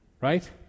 Right